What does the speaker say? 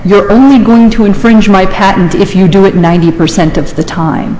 you're only going to infringe my patent if you do it ninety percent of the time